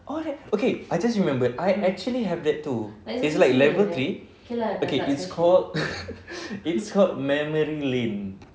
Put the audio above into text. orh that okay I just remembered I actually have that too it's like level three okay it's called it's called memory lane